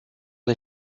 des